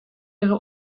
ihre